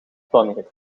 planeten